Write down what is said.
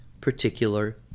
particular